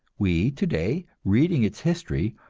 we today, reading its history,